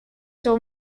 sur